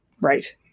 Right